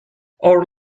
our